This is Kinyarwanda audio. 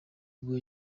ubwo